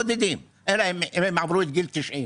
בודדים, אלא אם במקרה הם עברו את גיל 90,